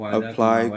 apply